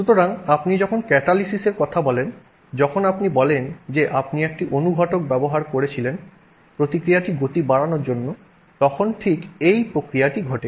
সুতরাং আপনি যখন ক্যাটালিসিস্ এর কথা বলেন যখন আপনি বলেন যে আপনি একটি অনুঘটক ব্যবহার করেছিলেন প্রতিক্রিয়াটি গতি বাড়ানোর জন্য তখন ঠিক এই প্রক্রিয়াটি ঘটে